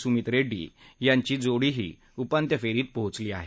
सुमीत रेड्डी यांची जोडी ही उपान्त्य फेरीत पोचली आहे